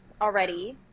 already